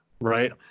right